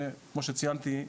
וכמו שציינתי,